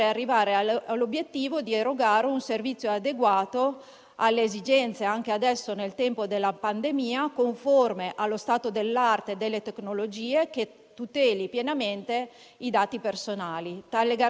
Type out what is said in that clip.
Le mozioni, le interpellanze e le interrogazioni pervenute alla Presidenza, nonché gli atti e i documenti trasmessi alle Commissioni permanenti ai sensi dell'articolo 34, comma 1, secondo periodo, del Regolamento sono pubblicati nell'allegato B al Resoconto della seduta odierna.